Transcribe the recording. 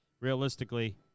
realistically